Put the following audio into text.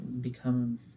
become